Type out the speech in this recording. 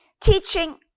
teaching